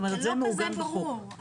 זה לא כזה ברור.